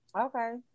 okay